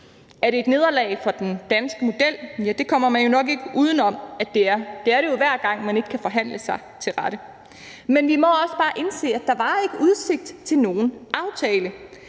Er det et nederlag for den danske model? Ja, det kommer man jo nok ikke uden om at det er. Det er det jo, hver gang man ikke kan forhandle sig til rette. Men vi må også bare indse, at der ikke var udsigt til nogen aftale.